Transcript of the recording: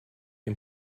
dem